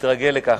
מתרגל לכך.